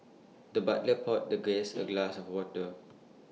the butler poured the guest A glass of water